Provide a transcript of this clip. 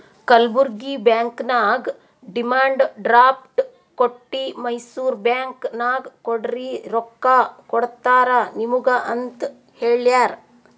Kalburgi bank ನಾಗ್ demand draft ಕೊಟ್ಟಿ Mysore bank ನಾಗ್ ಕೊಡ್ರಿ ರೊಕ್ಕಾ ಕೊಡ್ತಾರ ನಿಮುಗ ಅಂತ್ ಹೇಳ್ಯಾರ್